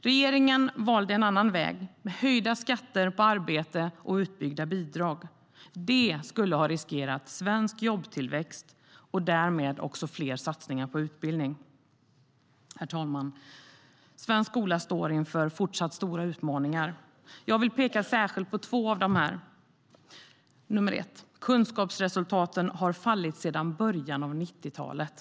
Regeringen valde en annan väg: höjda skatter på arbete och utbyggda bidrag. Det skulle ha riskerat svensk jobbtillväxt och därmed också fler satsningar på utbildning. För det första: Kunskapsresultaten har fallit sedan början av 90-talet.